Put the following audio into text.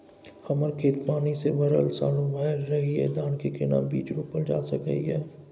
हमर खेत पानी से भरल सालो भैर रहैया, धान के केना बीज रोपल जा सकै ये?